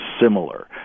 similar